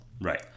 Right